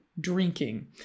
drinking